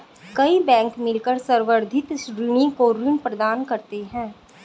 कई बैंक मिलकर संवर्धित ऋणी को ऋण प्रदान करते हैं